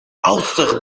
außer